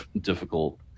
difficult